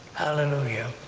hallelujah!